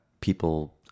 people